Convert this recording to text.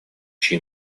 чьи